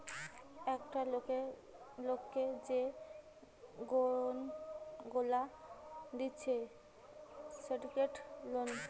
একটা লোককে যে লোন গুলা দিতেছে সিন্ডিকেট লোন